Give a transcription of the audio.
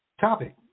Topic